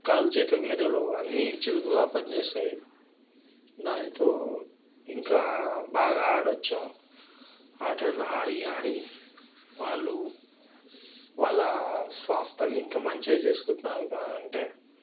కాలు చేతులు మెదడు అన్నీ చురుగ్గా పని చేస్తాయి దానితో ఇంకా బాగా ఆడచ్చు ఆటలు ఆడి ఆడి వాళ్ళు వాళ్ళ స్వాస్థనీ ఇంకా మంచిగా చేసుకుంటున్న అంటే